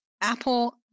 Apple